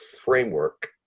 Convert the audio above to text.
framework